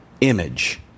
image